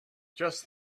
just